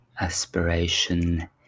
aspiration